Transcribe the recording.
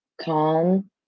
calm